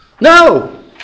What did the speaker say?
No